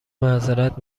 معذرت